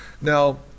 Now